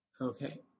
Okay